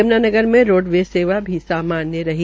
यम्नानगर में रोडवेज सेवा भी सामान्य रही